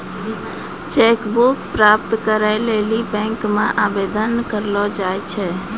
cheque book प्राप्त करै लेली बैंक मे आवेदन करलो जाय छै